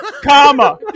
comma